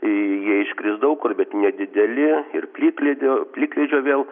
jie iškris daug kur bet nedideli ir plikledio plikledžio vėl